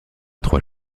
trois